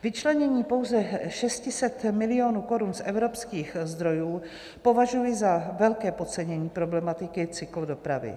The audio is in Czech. Vyčlenění pouze 600 milionů korun z evropských zdrojů považuji za velké podcenění problematiky cyklodopravy.